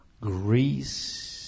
Greece